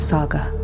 Saga